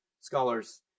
scholars